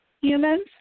humans